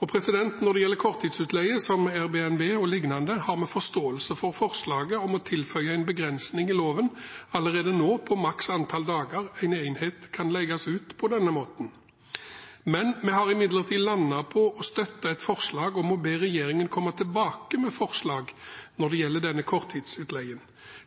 Når det gjelder korttidsutleie, som Airbnb og lignende, har vi forståelse for forslaget om å tilføye en begrensing i loven allerede nå på maks antall dager en enhet kan leies ut på denne måten, men vi har imidlertid landet på å støtte et forslag om å be regjeringen komme tilbake med forslag om korttidsutleie.